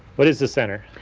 what is the center?